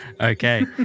Okay